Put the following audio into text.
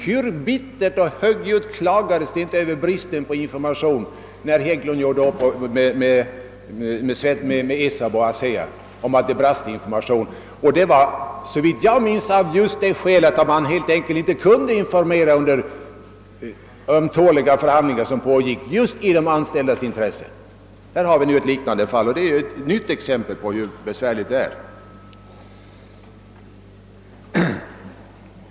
Hur bittert och högljutt klagades det inte den gången över bristen på information när Hägglund & Söner gjorde upp med ESAB och ASEA. Såvitt jag minns gavs ingen information just av det skälet att man helt enkelt inte kunde informera medan de ömtåliga förhandlingarna pågick. Detta skedde i de anställdas intresse. Här har vi nu ett liknande fall, och det är ett nytt exempel på hur besvärligt det kan vara.